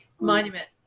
monument